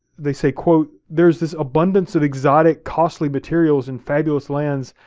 they say, quote, there's this abundance of exotic, costly materials and fabulous lands,